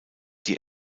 die